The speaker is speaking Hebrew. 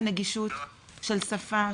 זה נגישות של שפה,